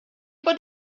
bod